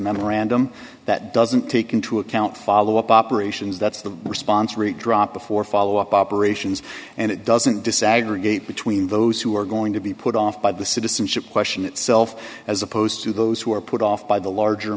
memorandum that doesn't take into account followup operations that's the response rate drop before follow up operations and it doesn't desegregate between those who are going to be put off by the citizenship question itself as opposed to those who are put off by the larger